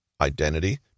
identity